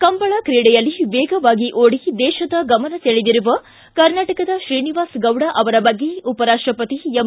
ಕಂಬಳ ತ್ರೀಡೆಯಲ್ಲಿ ವೇಗವಾಗಿ ಓಡಿ ದೇಶದ ಗಮನ ಸೆಳೆದಿರುವ ಕರ್ನಾಟಕದ ಶ್ರೀನಿವಾಸ್ ಗೌಡ ಅವರ ಬಗ್ಗೆ ಉಪರಾಷ್ಟಪತಿ ಎಂ